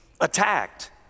attacked